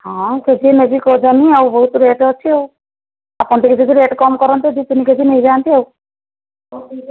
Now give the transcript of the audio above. ହଁ କେଜିଏ ନେବି କହୁଥିଲି ଆଉ ବହୁତ ରେଟ୍ ଅଛି ଆଉ ଆପଣ ଯଦି ଟିକିଏ ରେଟ୍ କମ୍ କରନ୍ତେ ଦୁଇ ତିନି କେଜି ନେଇଯାଆନ୍ତି ଆଉ